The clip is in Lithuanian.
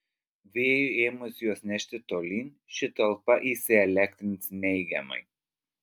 vėjui ėmus juos nešti tolyn ši talpa įsielektrins neigiamai